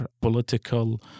political